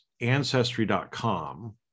Ancestry.com